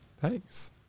Thanks